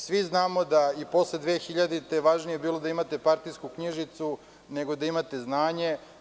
Svi znamo da je i posle 2000. godine važnije bilo da imate partijsku knjižicu nego da imate znanje.